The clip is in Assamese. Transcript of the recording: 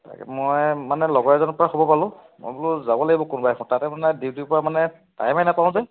তাকে মই মানে লগৰ এজনৰ পৰা খবৰ পালোঁ মই বোলো যাব লাগিব কোনোবা এখন তাতে মানে ডিউটিৰ পৰা মানে টাইমে নাপাওঁ যে